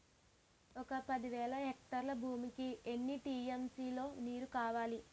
ఒక పది వేల హెక్టార్ల భూమికి ఎన్ని టీ.ఎం.సీ లో నీరు కావాలి?